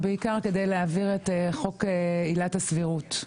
בעיקר כדי להעביר את חוק עילת הסבירות.